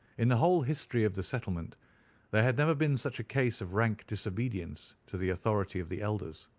in the whole history of the settlement there had never been such a case of rank disobedience to the authority of the elders.